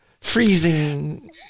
freezing